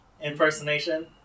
impersonation